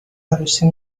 عروسی